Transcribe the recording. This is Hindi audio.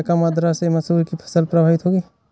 क्या कम आर्द्रता से मसूर की फसल प्रभावित होगी?